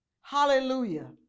Hallelujah